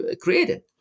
created